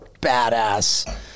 badass